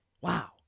Wow